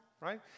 right